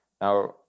Now